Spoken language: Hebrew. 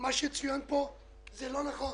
מה שצוין פה הוא לא נכון.